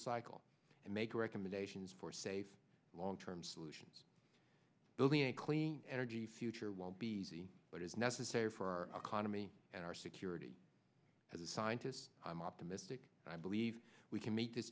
cycle and make recommendations for safe long term solutions building a clean energy future won't be easy but is necessary for our economy and our security as a scientist i'm optimistic i believe we can meet this